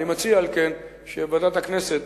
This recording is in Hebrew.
על כן אני מציע שוועדת הכנסת,